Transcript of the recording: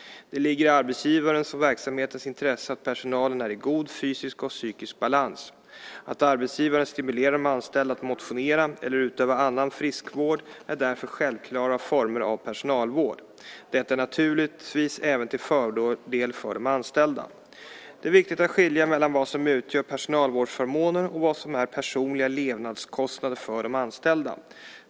Det ligger i arbetsgivarens och verksamhetens intresse att personalen är i god fysisk och psykisk balans. Att arbetsgivaren stimulerar de anställda att motionera eller utöva annan friskvård är därför självklara former av personalvård. Detta är naturligtvis även till fördel för de anställda. Det är viktigt att skilja mellan vad som utgör personalvårdsförmåner och vad som är personliga levnadskostnader för de anställda.